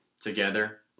together